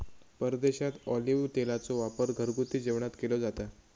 परदेशात ऑलिव्ह तेलाचो वापर घरगुती जेवणात केलो जाता